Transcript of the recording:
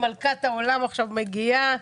מלכת העולם עכשיו מגיעה.